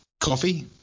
Coffee